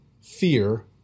fear